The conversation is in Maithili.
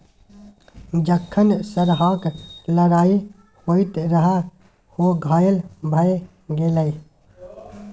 जखन सरहाक लड़ाइ होइत रहय ओ घायल भए गेलै